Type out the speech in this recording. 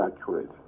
accurate